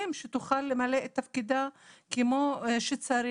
אם, שתוכל למלא את תפקידה כמו שצריך.